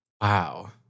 Wow